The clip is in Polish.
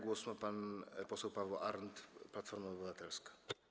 Głos ma pan poseł Paweł Arndt, Platforma Obywatelska.